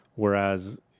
Whereas